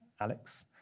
Alex